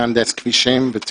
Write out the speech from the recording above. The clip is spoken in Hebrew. מאוד